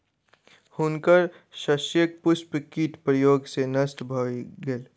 हुनकर शस्यक पुष्प कीट प्रकोप सॅ नष्ट भ गेल